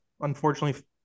unfortunately